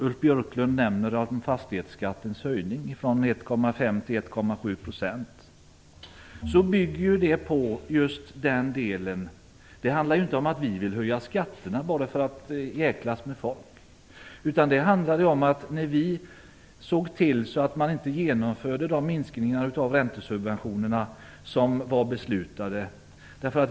Ulf Björklund nämner fastighetsskattens höjning från 1,5 till 1,7 %. Det handlar inte om att vi vill höja skatterna bara för att jäklas med folk. Vi såg till att man inte genomförde de minskningar av räntesubventionerna som var beslutade.